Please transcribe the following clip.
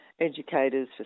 educators